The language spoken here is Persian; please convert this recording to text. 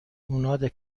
اونا